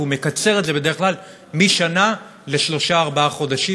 והוא מקצר את זה בדרך כלל משנה לשלושה-ארבעה חודשים.